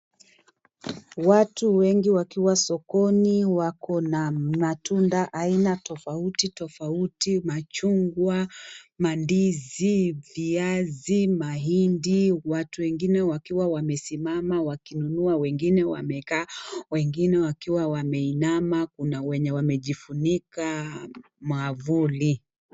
Watu wengi wakiwa sokoni wako na matunda aina tofauti tofauti ; machungwa, mandizi ,viazi, mahindi watu wengine wakiwa wamesimama wakinunua ,wengine wakiwa wamekaa, wengine wakiwa wameinama ,kuna wenye wamejifunika mwavuli.